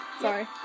Sorry